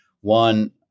one